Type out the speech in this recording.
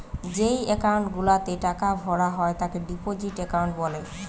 যেই একাউন্ট গুলাতে টাকা ভরা হয় তাকে ডিপোজিট একাউন্ট বলে